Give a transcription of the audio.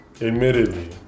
admittedly